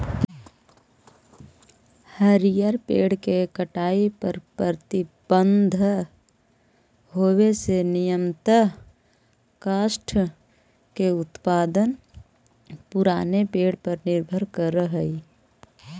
हरिअर पेड़ के कटाई पर प्रतिबन्ध होवे से नियमतः काष्ठ के उत्पादन पुरान पेड़ पर निर्भर करऽ हई